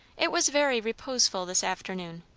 it was very reposeful this afternoon.